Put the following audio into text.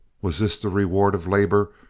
was this the reward of labor,